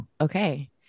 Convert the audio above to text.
Okay